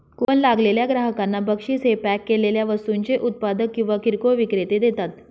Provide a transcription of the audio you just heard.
coupon लागलेल्या ग्राहकांना बक्षीस हे पॅक केलेल्या वस्तूंचे उत्पादक किंवा किरकोळ विक्रेते देतात